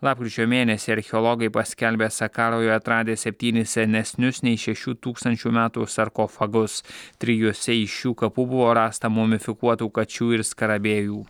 lapkričio mėnesį archeologai paskelbė sakaroje atradę septynis senesnius nei šešių tūkstančių metų sarkofagus trijuose iš šių kapų buvo rasta mumifikuotų kačių ir skarabėjų